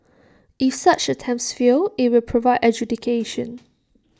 if such attempts fail IT will provide adjudication